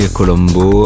Colombo